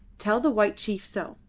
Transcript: tell the white chief so.